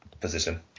position